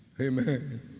Amen